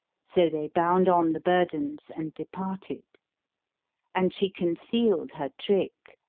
so they bound on the burdens and departed and she concealed her trick,